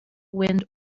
wind